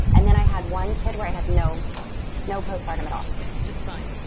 and then i had one kid where i had no no postpartum at all yeah just fine.